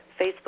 Facebook